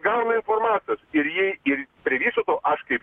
gauna informacijos ir jei ir prie visoto aš kaip